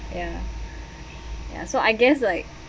ya so I guess like